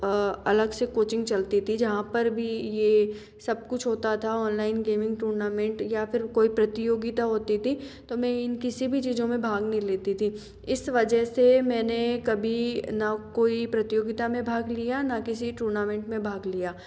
अलग से कोचिंग चलती थी जहाँ पर भी यह सब कुछ होता था ऑनलाइन गेमिंग टूर्नामेंट या फिर कोई प्रतियोगिता होती थी तो मैं इन किसी भी चीज़ों में भाग नहीं लेती थी इस वजह से मैंने कभी न कोई प्रतियोगिता में भाग लिया न किसी टूर्नामेंट में भाग लिया